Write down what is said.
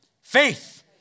Faith